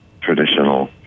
traditional